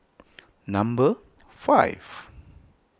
number five